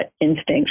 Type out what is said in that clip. instinct